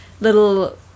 little